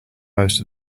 most